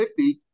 50